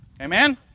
Amen